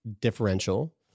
differential